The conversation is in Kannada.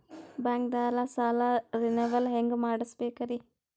ಬ್ಯಾಂಕ್ದಾಗ ಸಾಲ ರೇನೆವಲ್ ಹೆಂಗ್ ಮಾಡ್ಸಬೇಕರಿ?